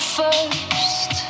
first